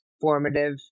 formative